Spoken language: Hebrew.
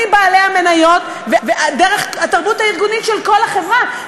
מבעלי המניות דרך התרבות הארגונית של כל החברה,